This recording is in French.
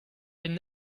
une